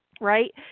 right